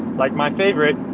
like my favorite,